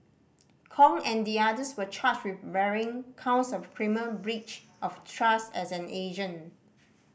Kong and the others were charged with varying counts of criminal breach of trust as an agent